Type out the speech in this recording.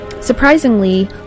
Surprisingly